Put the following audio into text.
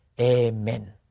Amen